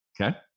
Okay